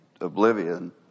oblivion